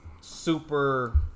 super